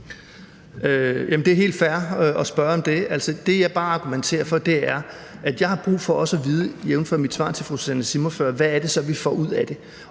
det er helt fair at spørge om det. Altså, det, jeg bare argumenterer for, er, at jeg har brug for også at vide, jævnfør mit